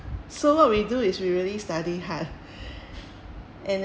so what we do is we really study hard and